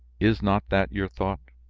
is not that your thought?